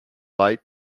light